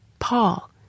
Paul